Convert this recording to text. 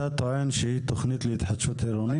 אתה טוען שהיא תכנית להתחדשות עירונית?